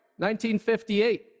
1958